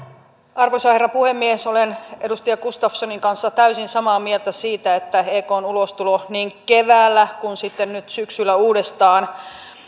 arvoisa herra puhemies olen edustaja gustafssonin kanssa täysin samaa mieltä siitä että ekn ulostulo niin keväällä kuin nyt syksyllä uudestaan